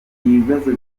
ibibazo